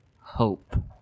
hope